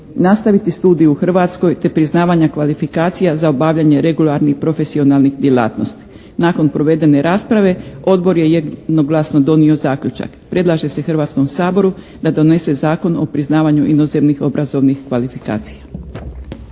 nastaviti studij u Hrvatskoj te priznavanja kvalifikacija za obavljanje regularnih, profesionalnih djelatnosti. Nakon provedene rasprave Odbor je jednoglasno donio zaključak: predlaže se Hrvatskom saboru da donese zakon o priznavanju inozemnih obrazovnih kvalifikacija.